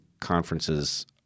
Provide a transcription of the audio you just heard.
conferences